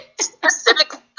Specifically